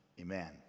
amen